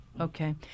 Okay